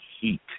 heat